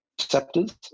receptors